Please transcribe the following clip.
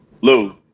Lou